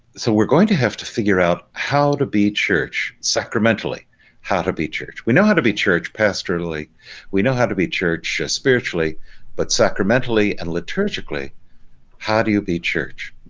so we're going to have to figure out how to be church, sacramentally how to be church. we know how to be church pastorally we know how to be church spiritually but sacramentally and liturgically how do you be church?